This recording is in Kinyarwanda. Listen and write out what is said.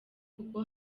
kuko